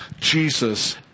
Jesus